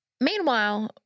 Meanwhile